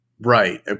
Right